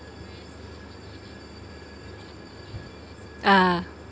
ah